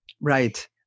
Right